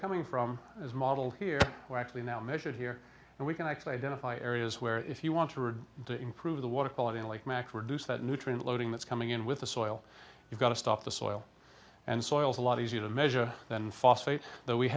coming from is modeled here we're actually now measured here and we can actually identify areas where if you want to return to improve the water quality and like macro do so that nutrient loading that's coming in with the soil you've got to stop the soil and soil is a lot easier to measure than phosphate though we